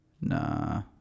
Nah